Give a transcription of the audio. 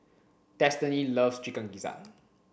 Destiny loves chicken gizzard